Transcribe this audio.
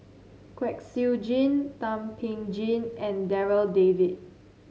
Kwek Siew Jin Thum Ping Tjin and Darryl David